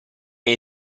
hai